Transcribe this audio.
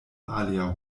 alia